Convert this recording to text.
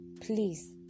please